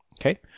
Okay